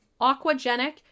aquagenic